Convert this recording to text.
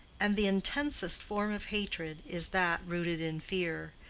and the intensest form of hatred is that rooted in fear,